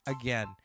again